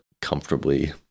comfortably